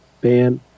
ban